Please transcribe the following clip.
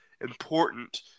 important